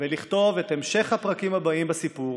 ולכתוב את הפרקים הבאים בסיפור,